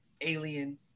alien